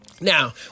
Now